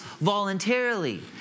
voluntarily